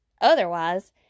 Otherwise